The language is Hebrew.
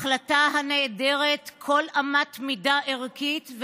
החלטה הנעדרת כל אמת מידה ערכית,